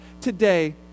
today